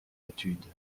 études